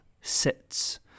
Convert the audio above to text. sits